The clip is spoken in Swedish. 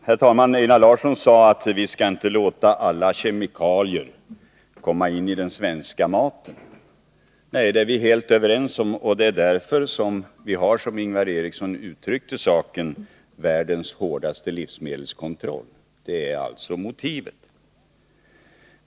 Herr talman! Vi skall inte låta alla kemikalier komma in i den svenska maten, sade Einar Larsson. Nej, det är vi helt överens om. Det är därför vi har världens hårdaste livsmedelskontroll, som Ingvar Eriksson uttryckte det. Det är alltså motivet.